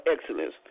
excellence